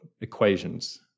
equations